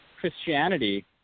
Christianity